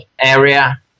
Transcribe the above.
area